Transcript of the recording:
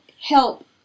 help